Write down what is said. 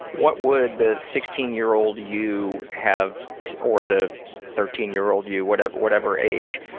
what would the sixteen-year-old you have or the thirteen-year-old you, whatever whatever age,